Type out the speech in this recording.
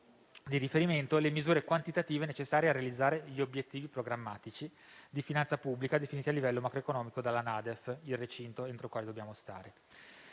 di riferimento, le misure quantitative necessarie a realizzare gli obiettivi programmatici di finanza pubblica, definiti a livello macroeconomico dalla Nota di aggiornamento al Documento